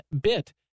bit